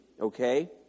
Okay